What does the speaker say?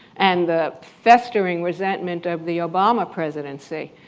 and the festering resentment of the obama presidency?